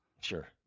Sure